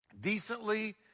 decently